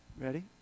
Ready